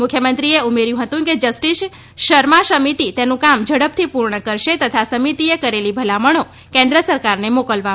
મુખ્યમંત્રીએ ઉમેર્યું હતું કે જસ્ટીસ શર્મા સમિતી તેનું કામ ઝડપથી પુર્ણ કરશે તથા સમિતીએ કરેલી ભલામણો કેન્દ્ર સરકારને મોકલવામાં આવશે